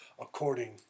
according